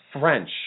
French